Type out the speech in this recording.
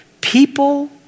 people